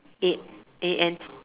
A A N